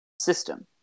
system